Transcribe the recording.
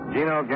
Gino